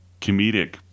comedic